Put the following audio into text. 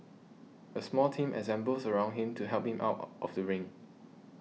a small team assembles around him to help him out of the ring